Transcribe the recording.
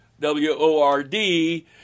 W-O-R-D